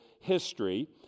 history